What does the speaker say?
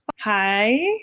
Hi